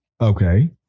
Okay